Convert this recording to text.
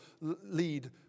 lead